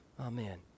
Amen